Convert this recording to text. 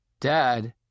Dad